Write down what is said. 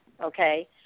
okay